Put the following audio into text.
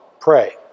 pray